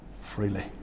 freely